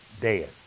Dead